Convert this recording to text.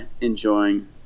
enjoying